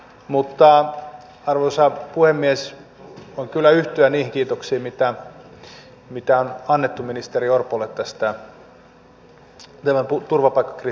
mutta arvoisa puhemies voin kyllä yhtyä niihin kiitoksiin mitä on annettu ministeri orpolle tämän turvapaikkakriisin hoitamisesta